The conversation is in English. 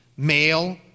male